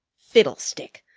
fiddlestick!